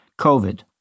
COVID